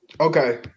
Okay